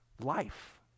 life